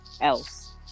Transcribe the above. else